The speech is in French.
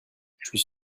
suis